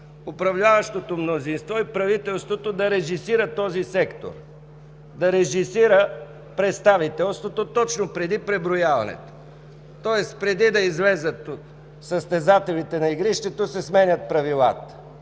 управляващото мнозинство и правителството да режисират този сектор, да режисират представителството точно преди преброяването. Тоест преди да излязат състезателите на игрището се сменят правилата.